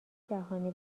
جهانی